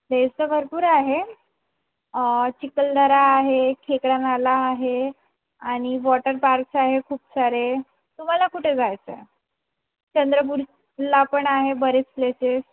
place तर भरपूर आहे चिखलदरा आहे खेकडानाला आहे आणि वॉटर पार्क्स आहे खूप सारे तुम्हाला कुठे जायचं आहे चंद्रपूरला पण आहे बरेच प्लेसेस